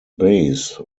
base